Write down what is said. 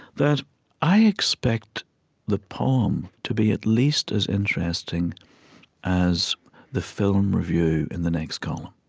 that i expect the poem to be at least as interesting as the film review in the next column.